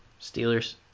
Steelers